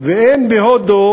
ואין בהודו